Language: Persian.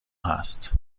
هست